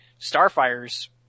Starfire's